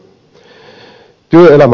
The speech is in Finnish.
työelämä muuttuu